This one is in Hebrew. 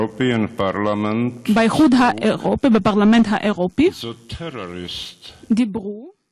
באיחוד האירופי, בפרלמנט האירופי, דיברו